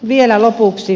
vielä lopuksi